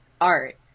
art